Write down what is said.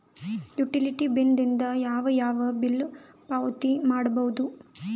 Utility bill ದಿಂದ ಯಾವ ಯಾವ ಬಿಲ್ ಪಾವತಿ ಮಾಡಬಹುದು?